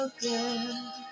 good